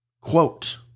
quote